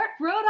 Rhode